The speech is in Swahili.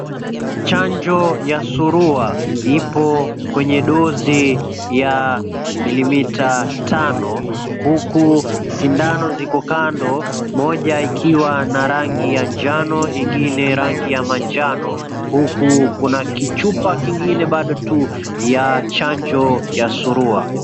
Chanjo ya surua ipo kwenye dozi ya milimita tano, huku sindano ziko 𝑘𝑎𝑛𝑑𝑜, moja ikiwa na rangi ya njano ingine rangi ya manjano huku kuna kichupa kingine bado tu ya chanjo ya surua .